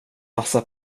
massa